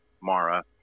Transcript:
Mara